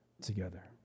together